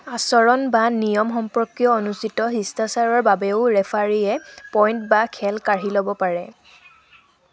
আচৰণ বা নিয়ম সম্পৰ্কীয় অনুজিত শিষ্টাচাৰৰ বাবেও ৰেফাৰীয়ে পইণ্ট বা খেল কাঢ়ি ল'ব পাৰে